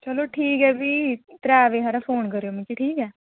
चलो ठीक ऐ फ्ही त्रै बजे हारे फोन करेओ मिगी ठीक ऐ